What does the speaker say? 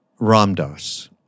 Ramdas